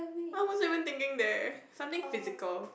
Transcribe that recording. I wasn't even thinking there something physical